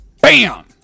Bam